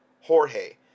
Jorge